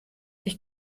ich